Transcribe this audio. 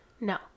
No